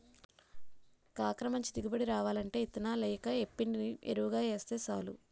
కాకర మంచి దిగుబడి రావాలంటే యిత్తి నెలయ్యాక యేప్పిండిని యెరువుగా యేస్తే సాలు